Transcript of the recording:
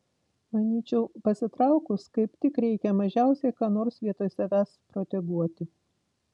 manyčiau pasitraukus kaip tik reikia mažiausiai ką nors vietoj savęs proteguoti